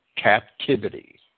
captivity